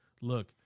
look